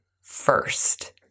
first